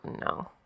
no